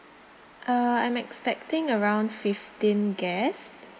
uh I'm expecting around fifteen guest